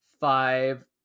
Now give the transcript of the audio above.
five